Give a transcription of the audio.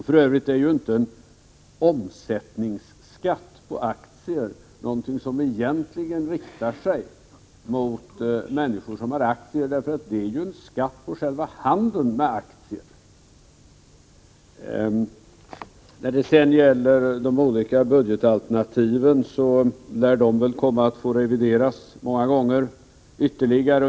För övrigt är inte en omsättningsskatt på aktier någonting som egentligen riktar sig mot de människor som har aktier, utan den är en skatt på handeln med aktier. De olika budgetalternativen lär väl komma att få revideras många gånger ytterligare.